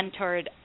mentored